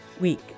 week